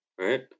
Right